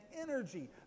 energy